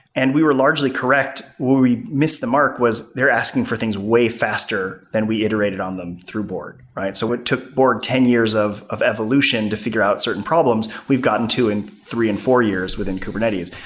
and we were largely correct. where we missed the mark was they're asking for things way faster, then we iterated on them through borg so what took borg ten years of of evolution to figure out certain problems we've gotten to in three and four years within kubernetes.